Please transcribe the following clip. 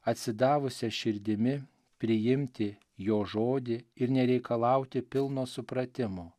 atsidavusia širdimi priimti jo žodį ir nereikalauti pilno supratimo